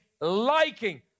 liking